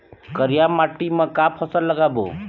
करिया माटी म का फसल लगाबो?